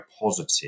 positive